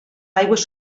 aigües